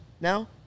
now